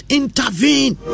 intervene